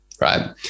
right